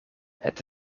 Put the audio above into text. het